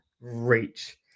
Reach